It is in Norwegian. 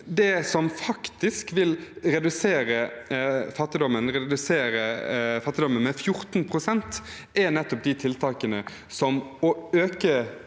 Det som faktisk vil redusere fattigdommen med 14 pst., er nettopp de tiltakene, som å øke